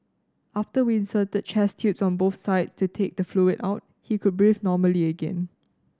after we inserted chest tubes on both sides to take the fluid out he could breathe normally again